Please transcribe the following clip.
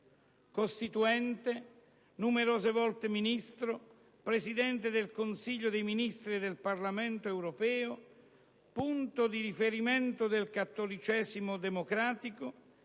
Costituente, numerose volte Ministro, Presidente del Consiglio dei ministri e del Parlamento europeo, punto di riferimento del cattolicesimo democratico,